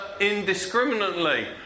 indiscriminately